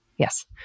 Yes